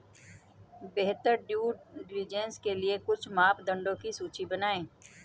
बेहतर due diligence के लिए कुछ मापदंडों की सूची बनाएं?